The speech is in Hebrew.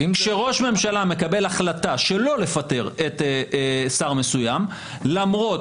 כשראש ממשלה מקבל החלטה שלא לפטר שר מסוים למרות